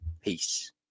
peace